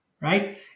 right